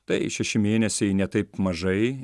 tai šeši mėnesiai ne taip mažai